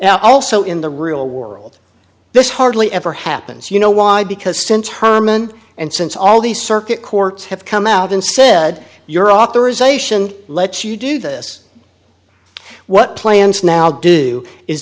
now also in the real world this hardly ever happens you know why because since herman and since all the circuit courts have come out and said your authorization lets you do this what plans now do is